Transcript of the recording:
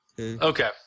Okay